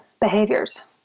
behaviors